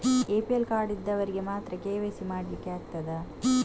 APL card ಇದ್ದವರಿಗೆ ಮಾತ್ರ KYC ಮಾಡಲಿಕ್ಕೆ ಆಗುತ್ತದಾ?